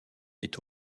est